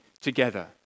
together